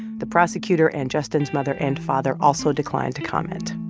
the prosecutor and justin's mother and father also declined to comment.